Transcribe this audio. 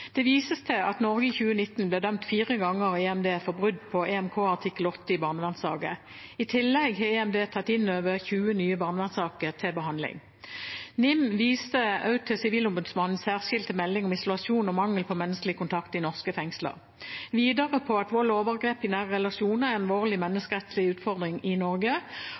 Det vises til at Norge i 2019 ble dømt fire ganger i EMD for brudd på EMK artikkel 8 i barnevernssaker. I tillegg har EMD tatt inn over 20 nye barnevernssaker til behandling. NIM viser også til Sivilombudsmannens særskilte melding om isolasjon og mangel på menneskelig kontakt i norske fengsler, videre på at vold og overgrep i nære relasjoner er en alvorlig menneskerettslig utfordring i Norge,